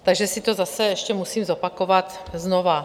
Takže si to zase ještě musím zopakovat znova.